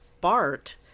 Bart